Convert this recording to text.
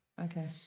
Okay